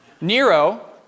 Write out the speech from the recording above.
Nero